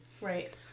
right